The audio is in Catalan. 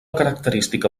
característica